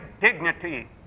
dignity